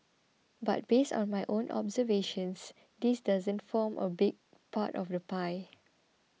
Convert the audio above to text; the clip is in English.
but based on my own observations this doesn't form a big part of the pie